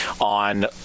on